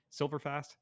Silverfast